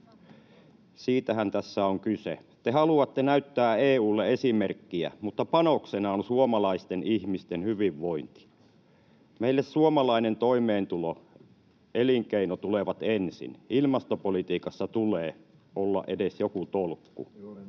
Siitähän tässä on kyse. Te haluatte näyttää EU:lle esimerkkiä, mutta panoksena on suomalaisten ihmisten hyvinvointi. Meille suomalainen toimeentulo ja elinkeino tulevat ensin — ilmastopolitiikassa tulee olla edes joku tolkku